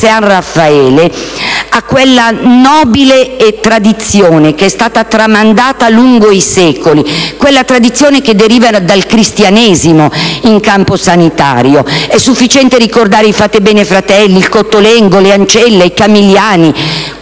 San Raffaele, a quella nobile e preziosa tradizione che è stata tramandata lungo i secoli: quella tradizione che deriva dal cristianesimo in campo sanitario. È sufficiente ricordare il Fatebenefratelli, il Cottolengo, le Ancelle, i Camilliani,